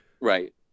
Right